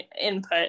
input